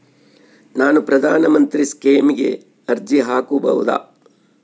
ನಾನು ಪ್ರಧಾನ ಮಂತ್ರಿ ಸ್ಕೇಮಿಗೆ ಅರ್ಜಿ ಹಾಕಬಹುದಾ?